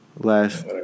Last